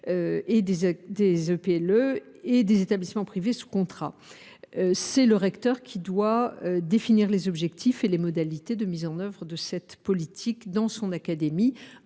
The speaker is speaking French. (EPLE) et les établissements privés sous contrat. Le recteur doit définir les objectifs et les modalités de mise en œuvre de cette politique dans son académie,